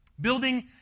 building